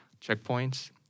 checkpoints